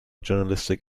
journalistic